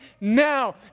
now